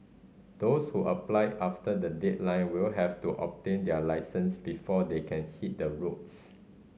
those who apply after the deadline will have to obtain their licence before they can hit the roads